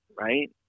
Right